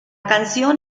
canción